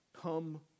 come